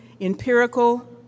empirical